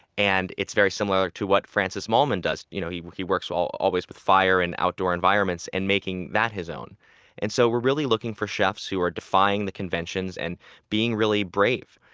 and it's very similar to what francis mallmann does you know he he works always with fire and outdoor environments, and making that his own and so we're really looking for chefs who are defying the conventions and being really brave.